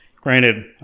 Granted